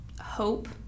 hope